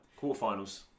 Quarterfinals